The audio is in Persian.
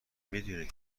میدونین